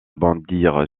bondir